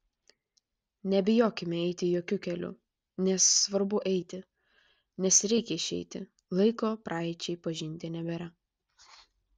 nebijokime eiti jokiu keliu nes svarbu eiti nes reikia išeiti laiko praeičiai pažinti nebėra